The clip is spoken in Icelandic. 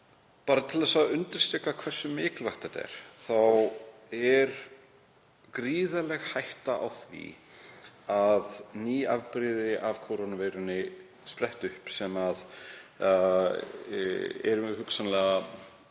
Bara til að undirstrika hversu mikilvægt þetta er þá er gríðarleg hætta á því að ný afbrigði af kórónuveirunni spretti upp, sem verða hugsanlega